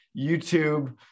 YouTube